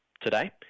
today